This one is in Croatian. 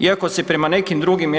Iako se prema nekim drugim